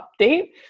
update